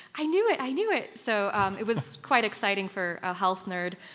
i knew it, i knew it! so um it was quite exciting for a health nerd.